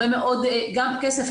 גם כסף.